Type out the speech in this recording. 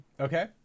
Okay